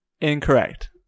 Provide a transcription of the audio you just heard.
Incorrect